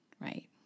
right